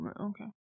Okay